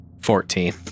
Fourteen